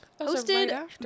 Hosted